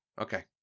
Okay